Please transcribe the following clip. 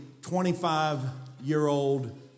25-year-old